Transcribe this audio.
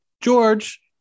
George